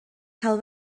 cael